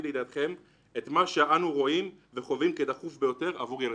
לידיעתכם את מה שאנו רואים וחווים כדחוף ביותר עבור ילדינו.